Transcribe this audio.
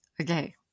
Okay